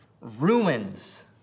ruins